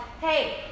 hey